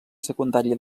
secundària